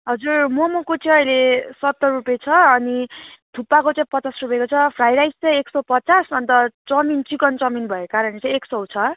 हजुर मोमोको चाहिँ अहिले सत्तरी रुपियाँ छ अनि थुक्पाको चाहिँ पचास रुपियाँको छ फ्राइड राइसको एक सय पचास अनि त चाउमिन चिकन चाउमिन भएको कारणले चाहिँ एक सय छ